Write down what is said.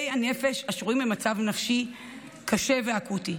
הנפש השרויים במשבר נפשי קשה ואקוטי,